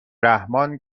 رحمان